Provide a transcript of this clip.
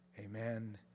Amen